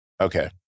okay